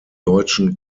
deutschen